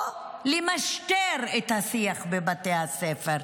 או למשטר את השיח בבתי הספר.